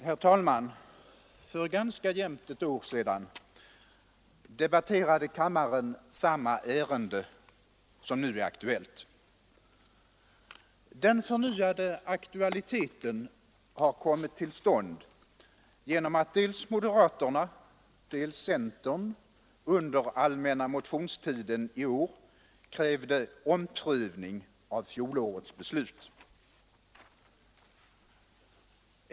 Herr talman! För ganska jämnt ett år sedan debatterade kammaren samma ärende som nu är aktuellt. Den förnyade aktualiteten har kommit till stånd genom att dels moderaterna, dels centerpartisterna under allmänna motionstiden i år krävde omprövning av fjolårets beslut.